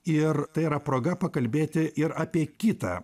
ir tai yra proga pakalbėti ir apie kitą